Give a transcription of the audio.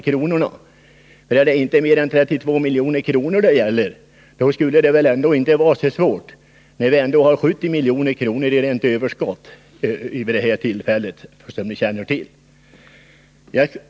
Gäller det inte mer än 32 milj.kr., skulle det väl ändå inte vara så svårt när vi har 70 milj.kr. i rent överskott vid det här tillfället, som ni känner till.